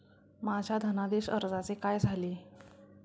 माझ्या धनादेश अर्जाचे काय झाले?